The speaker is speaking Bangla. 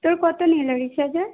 তোর কত নিলো রিচার্জে